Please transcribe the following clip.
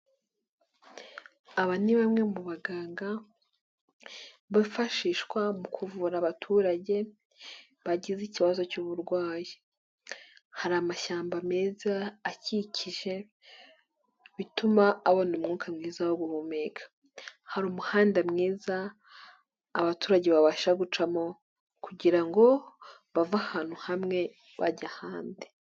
Aba ni bamwe mu baganga bifashishwa mu kuvura abaturage bagize ikibazo cy'uburwayi, hari amashyamba meza akikije bituma abona umwuka mwiza wo guhumeka, hari umuhanda mwiza abaturage babasha gucamo kugira ngo bave ahantu hamwe bajya ahandi.